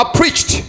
preached